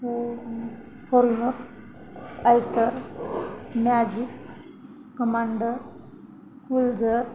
four four wheeler pulsar magic commander cruiser